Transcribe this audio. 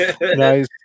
Nice